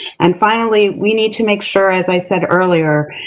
and finally, we need to make sure, as i said earlier,